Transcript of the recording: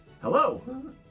Hello